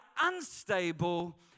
unstable